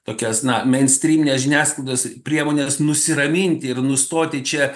tokias na meinstrymines žiniasklaidos priemones nusiraminti ir nustoti čia